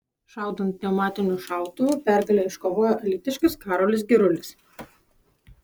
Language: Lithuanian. šaudant pneumatiniu šautuvu pergalę iškovojo alytiškis karolis girulis